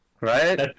Right